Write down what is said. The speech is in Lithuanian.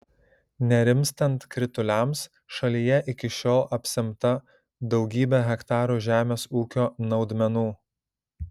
nerimstant krituliams šalyje iki šiol apsemta daugybė hektarų žemės ūkio naudmenų